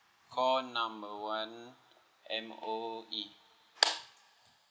call number one M_O_E